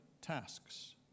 tasks